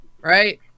right